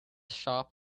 shop